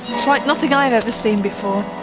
it's like nothing i've ever seen before.